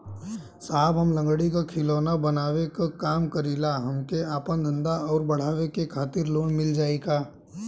साहब हम लंगड़ी क खिलौना बनावे क काम करी ला हमके आपन धंधा अउर बढ़ावे के खातिर लोन मिल जाई का?